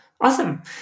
Awesome